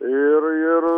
ir ir